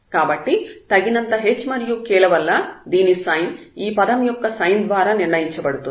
కాబట్టి తగినంత h మరియు k ల వల్ల దీని సైన్ ఈ పదం యొక్క సైన్ ద్వారా నిర్ణయించబడుతుంది